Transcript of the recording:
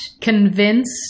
convinced